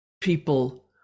people